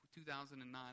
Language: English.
2009